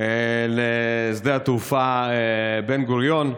לשדה התעופה בן-גוריון.